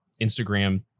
Instagram